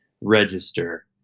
register